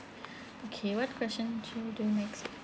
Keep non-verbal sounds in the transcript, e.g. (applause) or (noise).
(breath) okay what question should we do next